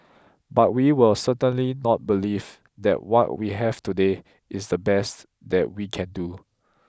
but we will certainly not believe that what we have today is the best that we can do